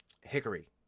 hickory